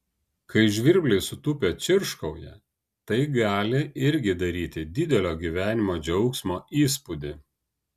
kai žvirbliai sutūpę čirškauja tai gali irgi daryti didelio gyvenimo džiaugsmo įspūdį